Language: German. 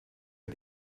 hat